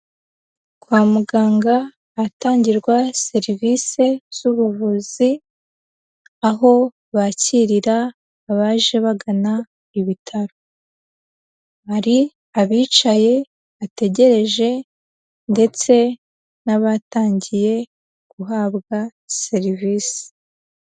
Kwa muganga ahatangirwa serivisi z'ubuvuzi, aho bakirira abaje bagana ibitaro, hari abicaye bategereje, ndetse n'abatangiye guhabwa serivisi.